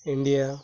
India